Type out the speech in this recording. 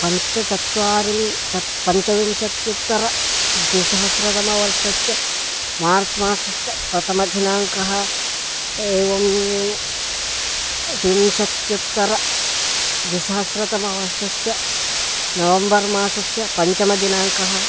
पञ्चचत्वारिंशत् च पञ्चविंशत्युत्तरद्विसहस्रतमवर्षस्य मार्च् मासस्य प्रथमदिनाङ्कः एवं विंशत्युत्तरद्विसहस्रतमवर्षस्य नवम्बर् मासस्य पञ्चमदिनाङ्कः